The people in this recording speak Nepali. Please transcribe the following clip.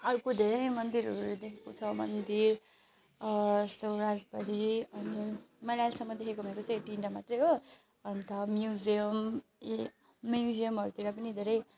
अर्को धेरै मन्दिरहरू देखेको छ मन्दिर यस्तो राजबाडी अनि मैले अहिलेसम्म देखेको भनेको चाहिँ यो तिनवटा मात्रै हो अन्त म्युजियम ए म्युजियमहरूतिर पनि धेरै